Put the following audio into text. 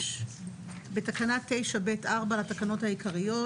"תיקון תקנה 9ב בתקנה 9ב(4) לתקנות העיקריות,